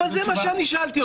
אבל זה מה שאני שאלתי אותך.